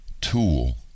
tool